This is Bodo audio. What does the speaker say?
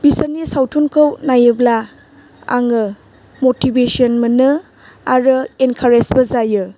बिसोरनि सावथुनखौ नायोब्ला आङो मटिभेस'न मोनो आरो एनकारेजबो जायो